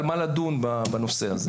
על מה לדון בנושא הזה.